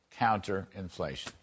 counterinflation